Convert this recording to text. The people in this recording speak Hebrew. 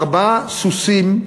ארבעה סוסים,